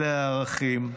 אלה הערכים,